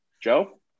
Joe